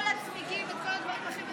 עם כל מה שמעבירים לשם,